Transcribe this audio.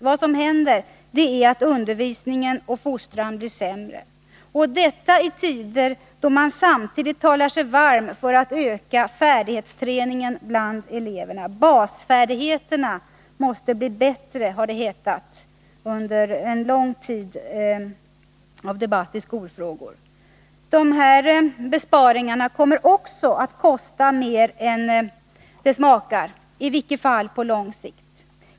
Vad som händer är att undervisning och fostran blir sämre — och detta i tider då man samtidigt talar sig varm för att öka färdighetsträningen bland eleverna. Basfärdigheterna måste bli bättre, har det hetat under en lång tid av debatt i skolfrågor. Dessa besparingar kommer också att kosta mer än det smakar, i vart fall på lång sikt.